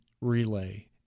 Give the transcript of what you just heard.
relay